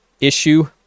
issue